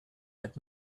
had